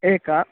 एकं